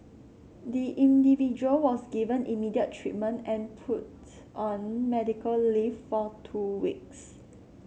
the individual was given immediate treatment and put on medical leave for two weeks